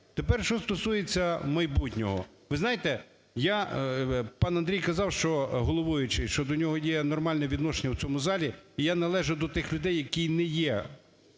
Тепер що стосується майбутнього, ви знаєте, я... Пан Андрій казав, що, головуючий, що до нього є нормальне відношення в цьому залі, і я належу до тих людей, які не є